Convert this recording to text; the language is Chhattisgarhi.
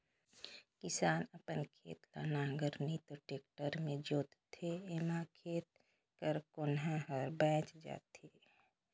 किसान अपन खेत ल नांगर नी तो टेक्टर मे जोतथे एम्हा खेत कर कोनहा हर बाएच जाथे